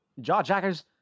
jawjackers